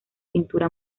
pintura